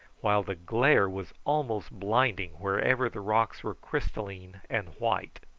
while the glare was almost blinding wherever the rocks were crystalline and white.